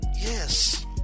yes